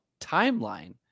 timeline